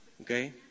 Okay